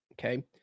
okay